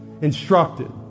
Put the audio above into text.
instructed